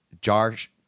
Josh